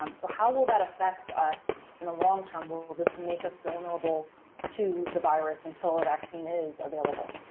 um so how will that affect us in the long term? will will this make us vulnerable to the virus until a vaccine is available?